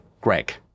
Greg